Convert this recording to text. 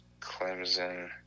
Clemson